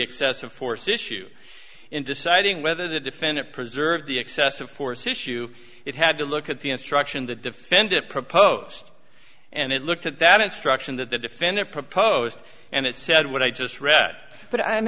excessive force issue in deciding whether the defendant preserve the excessive force issue it had to look at the instruction the defendant proposed and it looked at that instruction that the defendant proposed and it said what i just read but i'm